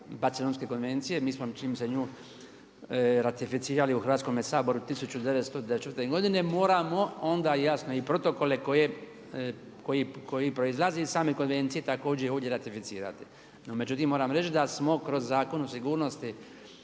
Barcelonske konvencije mi smo čini mi se nju ratificirali u Hrvatskome saboru 1994. godine moramo onda jasno i protokole koji proizlazi iz same konvencije također ovdje ratificirati. No međutim moram reći da smo kroz Zakon o sigurnosti